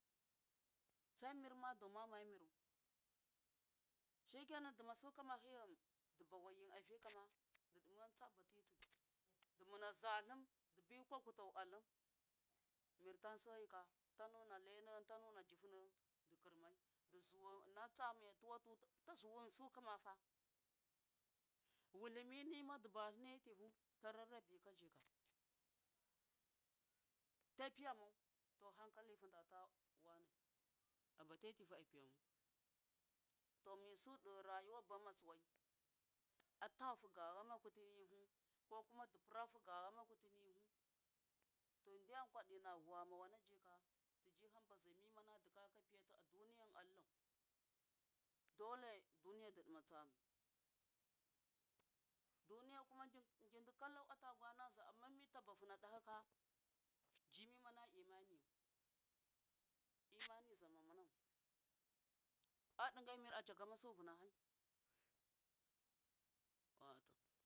Tsammir madu mama miru shekenan duma su kama hiyem du bawai yim a vikama du dumen tsa ba titi dumuna za dubi kwa kwuta alum mirtan seyi ka tanu na lainem tanu najifunem du kurmai dazuwem mina tsamiya tuwatu ta zujin sukamafa wulimina du balin a tivi tararradi ka jika ta piya mau to hanka lifu data wane abate tivu apiyamau to misu do rayuwa ba matsuwai ata fuga yamakutunfu ko kuma du purafu ga yama kunifu to dani kwadi na vuwama wana jika tiji hamba zai mimana dikayaka piyatu a duniyau allah dole dumiya du ɗuma tsami duniya kuma jidi kalwa ata gwana za amma mita bafu na ɗahika ji mimana ima niya immani zama mancin a diga mir a chagamasu vunahai wato.